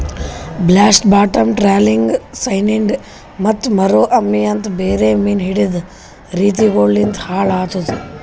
blast, bottom trawling, cyanide ಮತ್ತ ಮುರೋ ಅಮಿ ಅಂತ್ ಬೇರೆ ಮೀನು ಹಿಡೆದ್ ರೀತಿಗೊಳು ಲಿಂತ್ ಹಾಳ್ ಆತುದ್